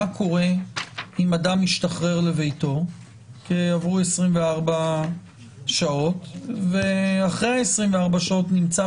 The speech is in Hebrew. מה קורה אם אדם משתחרר לביתו כי עברו 24 שעות ואחרי 24 שעות נמצא